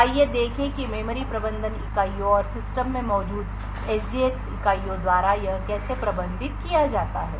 तो आइए देखें कि मेमोरी प्रबंधन इकाइयों और सिस्टम में मौजूद SGX इकाइयों द्वारा यह कैसे प्रबंधित किया जाता है